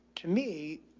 to me,